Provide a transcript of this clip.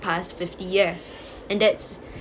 past fifty years and that's